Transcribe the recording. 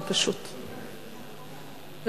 בסוף עוד תשמע כמה דברים שזה פשוט לא ייאמן.